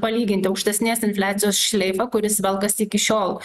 palyginti aukštesnės infliacijos šleifą kuris velkas iki šiol